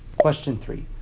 question three.